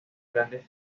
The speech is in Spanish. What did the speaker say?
grandes